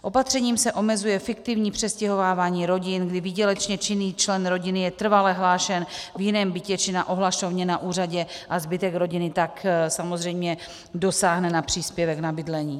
Opatřením se omezuje fiktivní přestěhovávání rodin, kdy výdělečně činný člen rodiny je trvale hlášen v jiném bytě či na ohlašovně na úřadě a zbytek rodiny tak samozřejmě dosáhne na příspěvek na bydlení.